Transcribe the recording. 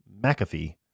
McAfee